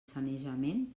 sanejament